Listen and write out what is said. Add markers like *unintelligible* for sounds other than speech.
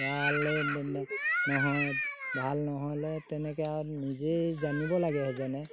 *unintelligible* নহয় ভাল নহ'লে তেনেকৈ আৰু নিজেই জানিব লাগে সেইজনে